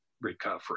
recovery